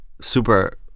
super